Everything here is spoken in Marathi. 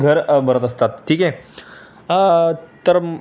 घर भरत असतात ठीक आहे तर